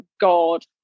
God